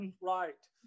right